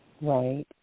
Right